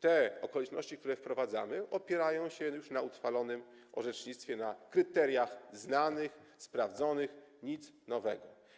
te okoliczności, które wprowadzamy, opierają się już na uchwalonym orzecznictwie, na kryteriach znanych, sprawdzonych, nic nowego.